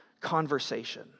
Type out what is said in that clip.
conversation